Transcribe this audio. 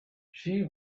she